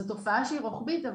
זאת תופעה שהיא רוחבית,